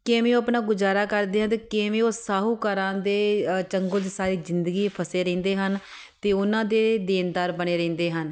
ਕਿਵੇਂ ਉਹ ਆਪਣਾ ਗੁਜ਼ਾਰਾ ਕਰਦੇ ਆ ਅਤੇ ਕਿਵੇਂ ਉਹ ਸ਼ਾਹੂਕਾਰਾਂ ਦੇ ਚੰਗੁਲ 'ਚ ਸਾਰੀ ਜ਼ਿੰਦਗੀ ਫਸੇ ਰਹਿੰਦੇ ਹਨ ਅਤੇ ਉਹਨਾਂ ਦੇ ਦੇਣਦਾਰ ਬਣੇ ਰਹਿੰਦੇ ਹਨ